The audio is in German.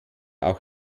auch